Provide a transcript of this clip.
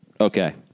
Okay